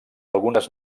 algunes